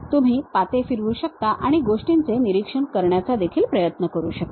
तुम्ही पाते फिरवू शकता आणि गोष्टींचे निरीक्षण करण्याचा देखील प्रयत्न करू शकता